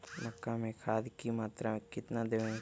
मक्का में खाद की मात्रा कितना दे?